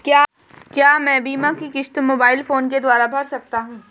क्या मैं बीमा की किश्त मोबाइल फोन के द्वारा भर सकता हूं?